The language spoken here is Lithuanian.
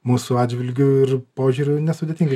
mūsų atžvilgiu ir požiūriu nesudėtingai